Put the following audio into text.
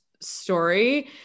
story